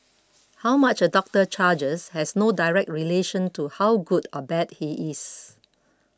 how much a doctor charges has no direct relation to how good or bad he is